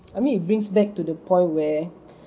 I mean it brings back to the point where